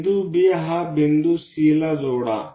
बिंदू B हा बिंदू C ला जोडा